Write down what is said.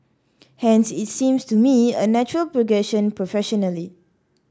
hence it seems to me a natural progression professionally